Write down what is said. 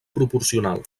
proporcional